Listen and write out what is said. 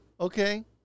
okay